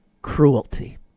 Cruelty